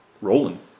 rolling